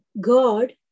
God